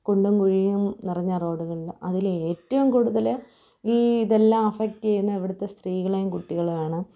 കുണ്ടും കുഴിയും നിറഞ്ഞ റോഡുകള് അതില് ഏറ്റവും കൂടുതല് ഈ ഇതെല്ലം അഫക്റ്റ് ചെയ്യുന്നത് ഇവിടുത്തെ സ്ത്രീകളേയും കുട്ടികളേയും ആണ്